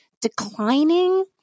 declining